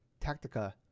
Tactica